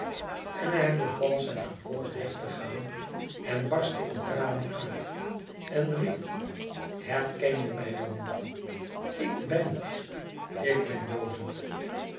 en hij beval zijn gevolg weg te gaan en barstte in tranen uit en riep herken je mij dan niet ik ben het ik ben jozef